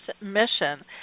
mission